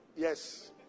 Yes